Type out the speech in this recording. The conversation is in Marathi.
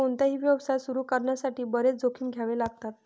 कोणताही व्यवसाय सुरू करण्यासाठी बरेच जोखीम घ्यावे लागतात